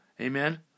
Amen